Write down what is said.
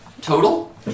Total